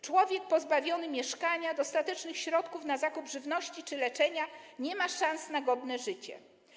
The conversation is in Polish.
Człowiek pozbawiony mieszkania, dostatecznych środków na zakup żywności czy leczenia nie ma szans na godne życie.